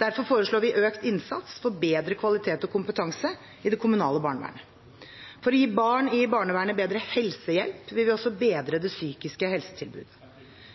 Derfor foreslår vi økt innsats for bedre kvalitet og kompetanse i det kommunale barnevernet. For å gi barn i barnevernet bedre helsehjelp vil vi også bedre det psykiske helsetilbudet.